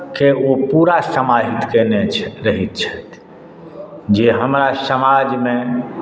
केँ ओ पूरा समाहित कयने छथि रहैत छथि जे हमरा समाजमे